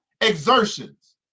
exertions